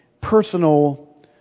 personal